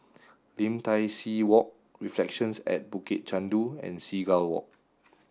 Lim Tai See Walk Reflections at Bukit Chandu and Seagull Walk